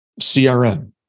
CRM